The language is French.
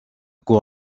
cour